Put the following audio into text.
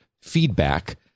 feedback